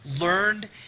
learned